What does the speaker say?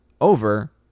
over